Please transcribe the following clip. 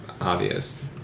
obvious